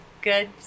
Good